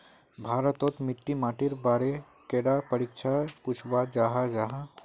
भारत तोत मिट्टी माटिर बारे कैडा परीक्षा में पुछोहो जाहा जाहा?